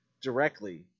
directly